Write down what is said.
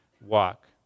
walk